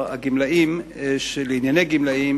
לענייני גמלאים,